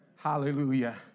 Hallelujah